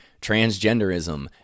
transgenderism